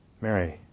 Mary